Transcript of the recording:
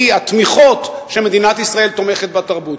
והיא התמיכות שמדינת ישראל תומכת בתרבות.